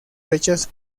fechas